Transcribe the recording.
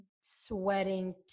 sweating